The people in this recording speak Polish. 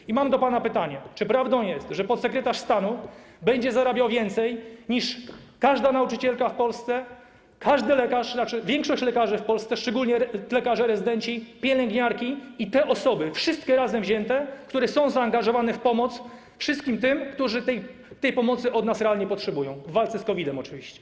I mam do pana pytanie: Czy prawdą jest, że podsekretarz stanu będzie zarabiał więcej niż każda nauczycielka w Polsce, każdy lekarz, znaczna większość lekarzy w Polsce, szczególnie lekarze rezydenci, pielęgniarki i te wszystkie razem wzięte osoby, które są zaangażowane w pomoc wszystkim tym, którzy tej pomocy od nas realnie potrzebują w walce z COVID-em?